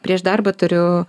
prieš darbą turiu